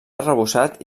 arrebossat